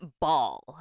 ball